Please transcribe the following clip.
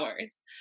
hours